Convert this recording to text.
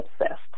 obsessed